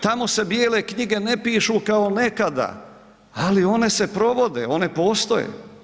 Tamo se bijele knjige ne pišu kao nekada, ali one se provode, one postoje.